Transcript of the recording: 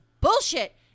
bullshit